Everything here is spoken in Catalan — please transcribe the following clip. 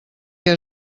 que